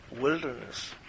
wilderness